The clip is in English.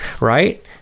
right